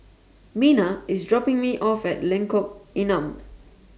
Mena IS dropping Me off At Lengkok Enam